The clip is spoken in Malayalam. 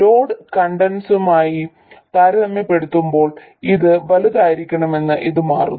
ലോഡ് കണ്ടക്റ്റൻസുമായി താരതമ്യപ്പെടുത്തുമ്പോൾ ഇത് വലുതായിരിക്കണമെന്ന് ഇത് മാറുന്നു